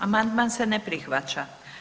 Amandman se ne prihvaća.